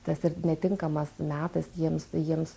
tas ir netinkamas metas jiems jiems